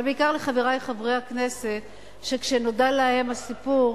אבל בעיקר לחברי חברי הכנסת, שכשנודע להם הסיפור,